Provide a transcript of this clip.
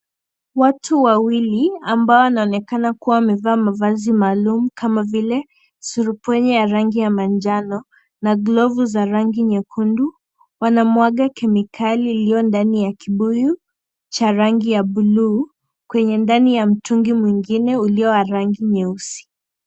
Watu wawili ambao wanaonekana kuvaa mavazi maalum kama vile surupwenye ya rangi ya manjano na glovu za rangi nyekundu wanamwaga kemikali ilio ndani ya kibuyu cha buluu kwenye ndani ya mtungi mwingine ulio wa rangi nyeusi.